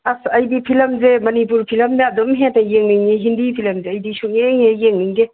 ꯑꯁ ꯑꯩꯗꯤ ꯐꯤꯂꯝꯁꯦ ꯃꯅꯤꯄꯨꯔ ꯐꯤꯂꯝꯅ ꯑꯗꯨꯝ ꯍꯦꯛꯇ ꯌꯦꯡꯅꯤꯡꯉꯤ ꯍꯤꯟꯗꯤ ꯐꯤꯂꯝꯁꯦ ꯑꯩꯗꯤ ꯁꯨꯡꯌꯦꯡ ꯍꯦꯛ ꯌꯦꯡꯅꯤꯡꯗꯦ